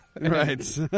right